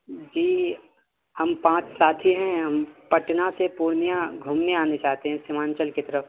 جی ہم پانچ ساتھی ہیں ہم پٹنہ سے پورنیہ گھومنے آنے چاہتے ہیں سیمانچل کی طرف